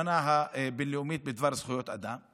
הבין-לאומית בדבר זכויות אדם.